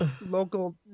local